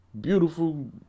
beautiful